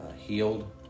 healed